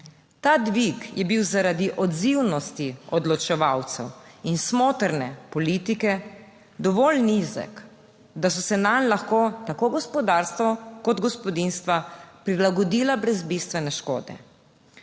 Ta dvig je bil zaradi odzivnosti odločevalcev in smotrne politike dovolj nizek, da so se nanj lahko tako gospodarstvo kot gospodinjstva prilagodila brez bistvene škode.